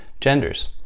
genders